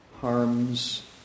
harms